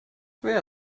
wer